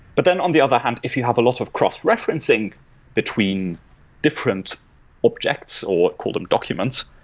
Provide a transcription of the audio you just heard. but then, on the other hand, if you have a lot of cross-referencing between different objects, or call them documents,